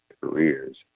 careers